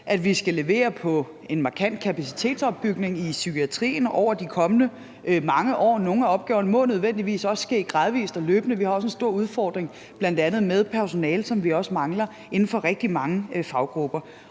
at vi skal levere på en markant kapacitetsopbygning i psykiatrien over de kommende mange år. Nogle af opgaverne må nødvendigvis også ske gradvis og løbende. Vi har også en stor udfordring med bl.a. personale, som vi også mangler inden for rigtig mange faggrupper.